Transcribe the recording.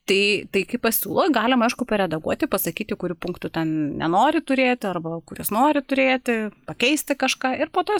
tai tai kai pasiūlo galima aišku paredaguoti pasakyti kurių punktų ten nenori turėti arba kuriuos nori turėti pakeisti kažką ir po to